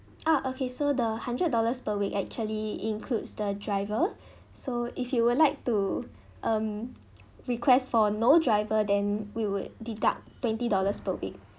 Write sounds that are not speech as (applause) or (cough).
ah okay so the hundred dollars per week actually includes the driver (breath) so if you would like to um request for no driver then we will deduct twenty dollars per week